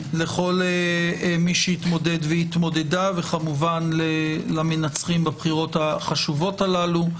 לכל מי שהתמודד והתמודדה וכמובן למנצחים בבחירות החשובות הללו.